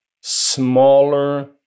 smaller